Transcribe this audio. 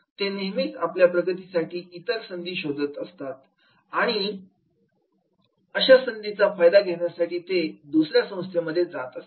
ते नेहमीच आपल्या प्रगतीसाठी इतर संधी शोधत असतात आणि अशा संधीचा फायदा घेण्यासाठी ते दुसऱ्या संस्थांमध्ये जात असतात